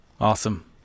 Awesome